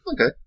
Okay